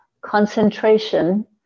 concentration